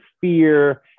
fear